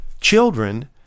children